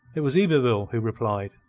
it was yberville who replied,